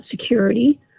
security